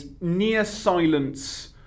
near-silence